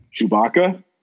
Chewbacca